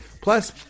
Plus